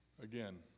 again